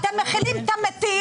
אתם מכילים את המתים,